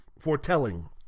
foretelling